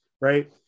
right